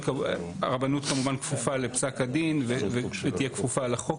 הרבנות כמובן כפופה לפסק הדין ותהיה כפופה לחוק.